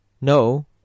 No